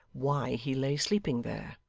why he lay sleeping there.